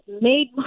made